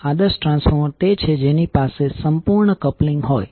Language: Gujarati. આદર્શ ટ્રાન્સફોર્મર તે છે જેની પાસે સંપૂર્ણ કપલિંગ હોય